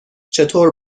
چطور